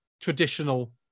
traditional